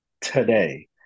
today